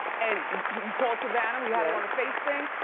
and you called savannah, we had her on the face thing,